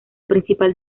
principal